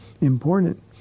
important